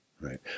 Right